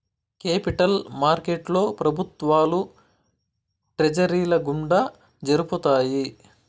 capital మార్కెట్లో ప్రభుత్వాలు ట్రెజరీల గుండా జరుపుతాయి